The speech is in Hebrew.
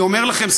ואני אומר לכם,